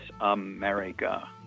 America